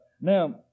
now